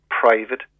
private